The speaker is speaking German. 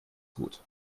gut